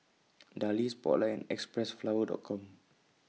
Darlie Spotlight and Xpressflower Com